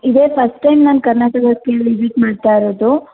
ಇದೇ first time ನಾನು ಕರ್ನಾಟಕಕ್ಕೆ ವಿಸಿಟ್ ಮಾಡ್ತಾ ಇರೋದು